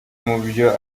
mubyo